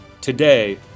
Today